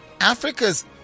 Africa's